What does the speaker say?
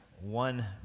one